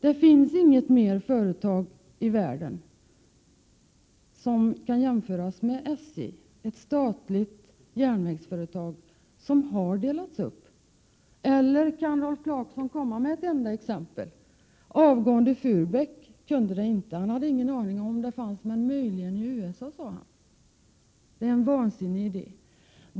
Det finns inget annat företag i världen som kan jämföras med SJ — dvs. något statligt järnvägsföretag som har delats upp. Eller kan Rolf Clarkson komma med ett enda exempel? Den avgående SJ-chefen Furbäck kunde det inte. Han sade att det möjligen kunde finnas något liknande i USA. Detta är en vansinnig idé.